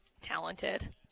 talented